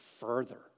further